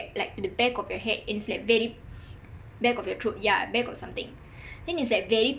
like in back of your head and it's like very back of your throat yah back of something then it's like very